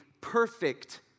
perfect